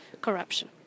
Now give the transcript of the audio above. corruption